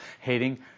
hating